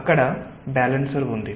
అక్కడ బ్యాలెన్సర్ ఉంది